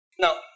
Now